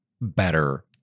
better